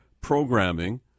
programming